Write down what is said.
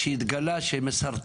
כשהתגלה שזה מסרטן,